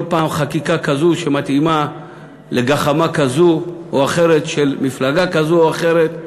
כל פעם חקיקה כזו שמתאימה לגחמה כזו או אחרת של מפלגה כזו או אחרת.